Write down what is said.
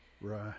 Right